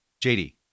JD